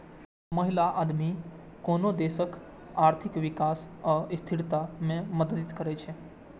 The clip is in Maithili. महिला उद्यमी कोनो देशक आर्थिक विकास आ स्थिरता मे मदति करै छै